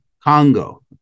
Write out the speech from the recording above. congo